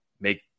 make